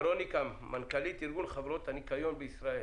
מנכ"לית ארגון חברות הניקיון ישראל.